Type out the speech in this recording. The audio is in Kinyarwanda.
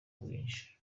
bwinshi